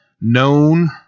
known